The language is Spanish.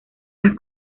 las